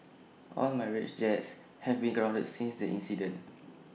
all Mirage jets have been grounded since the incident